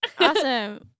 Awesome